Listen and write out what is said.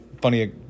funny